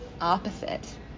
opposite